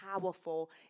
powerful